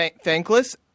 Thankless